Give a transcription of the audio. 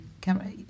camera